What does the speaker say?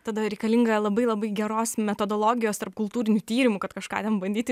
tada reikalinga labai labai geros metodologijos tarpkultūrinių tyrimų kad kažką ten bandyti